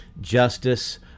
justice